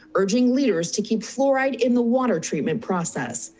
urging leaders to keep fluoride in the water treatment process.